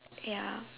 ya